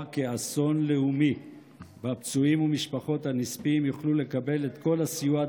כאסון לאומי והפצועים ומשפחות הנספים יוכלו לקבל את כל הסיוע הדרוש,